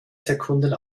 sekunden